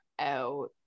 out